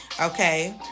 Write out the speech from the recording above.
okay